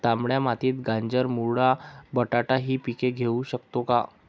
तांबड्या मातीत गाजर, मुळा, बटाटा हि पिके घेऊ शकतो का?